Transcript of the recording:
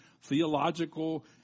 theological